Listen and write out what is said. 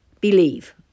believe